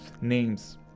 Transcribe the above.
names